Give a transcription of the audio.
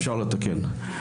אפשר לתקן.